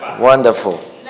Wonderful